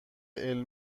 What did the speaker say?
علمی